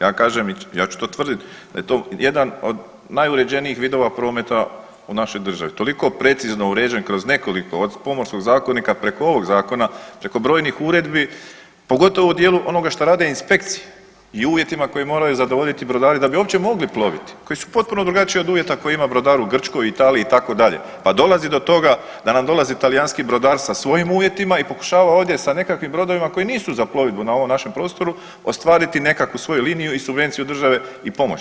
Ja ću to tvrdit da je to jedan od najuređenijih vidova prometa u našoj državi, toliko precizno uređen kroz nekoliko od Pomorskog zakonika preko ovog zakona, preko brojnih uredbi, pogotovo u dijelu onoga što rade inspekcije i uvjetima koje moraju zadovoljiti brodari da bi uopće mogli ploviti koji su potpuno drugačiji od uvjeta koji ima brodar u Grčkoj, Italiji itd., pa dolazi do toga da nam dolazi talijanski brodar sa svojim uvjetima i pokušava ovdje sa nekakvim brodovima koji nisu za plovidbu na ovom našem prostoru ostvariti nekakvu svoju liniju i subvenciju države i pomoć.